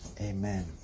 Amen